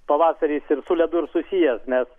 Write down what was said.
pavasaris ir su ledu ir susijęs nes